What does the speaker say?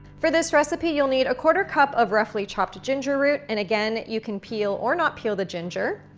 for this recipe you'll need a quarter cup of roughly chopped ginger root and again you can peel or not peel the ginger.